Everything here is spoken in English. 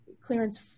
clearance